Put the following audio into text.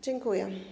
Dziękuję.